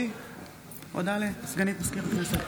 הודעה לסגנית מזכיר הכנסת,